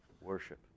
worship